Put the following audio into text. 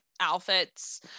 outfits